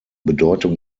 bedeutung